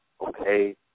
okay